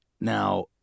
Now